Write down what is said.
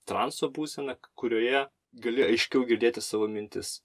transo būsena kurioje gali aiškiau girdėti savo mintis